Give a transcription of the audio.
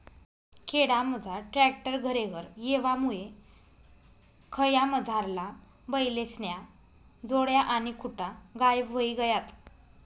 खेडामझार ट्रॅक्टर घरेघर येवामुये खयामझारला बैलेस्न्या जोड्या आणि खुटा गायब व्हयी गयात